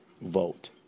vote